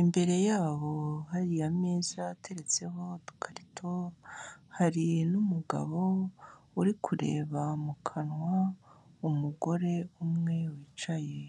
imbere yabo hari ameza ateretseho udukarito, hari n'umugabo uri kureba mu kanwa umugore umwe wicaye.